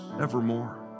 evermore